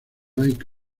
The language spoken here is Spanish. mike